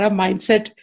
mindset